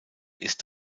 ist